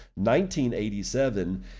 1987